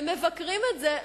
ומבקרים את זה,